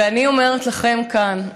ואני אומרת לכם כאן,